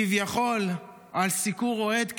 כביכול על סיקור אוהד כשוחד,